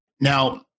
Now